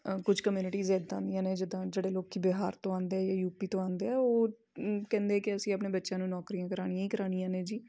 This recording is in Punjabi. ਕੁਛ ਕਮਿਊਨਿਟੀਜ਼ ਇੱਦਾਂ ਦੀਆਂ ਨੇ ਜਿੱਦਾਂ ਜਿਹੜੇ ਲੋਕ ਬਿਹਾਰ ਤੋਂ ਆਉਂਦੇ ਯੂ ਪੀ ਤੋਂ ਆਉਂਦੇ ਆ ਉਹ ਕਹਿੰਦੇ ਕਿ ਅਸੀਂ ਆਪਣੇ ਬੱਚਿਆਂ ਨੂੰ ਨੌਕਰੀਆਂ ਕਰਾਉਣੀਆਂ ਹੀ ਕਰਾਉਣੀਆਂ ਨੇ ਜੀ